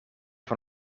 van